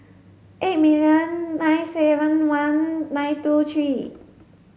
eight million nine seven one nine two three